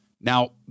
Now